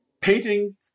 painting